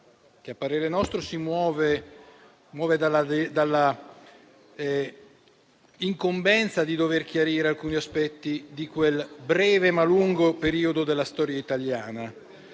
che a parere nostro muove dall'incombenza di dover chiarire alcuni aspetti di quel breve ma lungo periodo della storia italiana,